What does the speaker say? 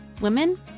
women